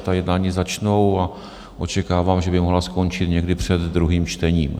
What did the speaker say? A ta jednání začnou a očekávám, že by mohla skončit někdy před druhým čtením.